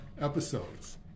episodes